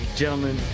Gentlemen